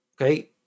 Okay